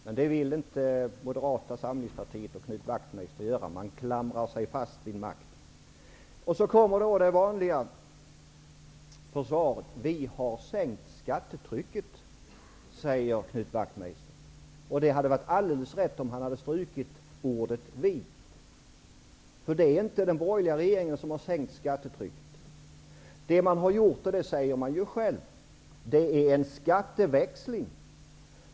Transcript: Men det vill inte Moderata samlingspartiet och Knut Wachtmeister att man skall göra, utan man klamrar sig fast vid makten. Så kommer det vanliga försvaret: Vi har sänkt skattetrycket, säger Knut Wachtmeister. Det hade varit alldeles rätt, om han hade strukit ordet ''vi''. Det är nämligen inte den borgerliga regeringen som har sänkt skattetrycket. Det som man har gjort -- det säger man själv -- är en skatteväxling.